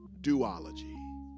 duology